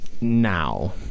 now